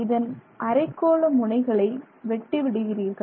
இதன் அரைக்கோள முனைகளை வெட்டி விடுகிறீர்கள்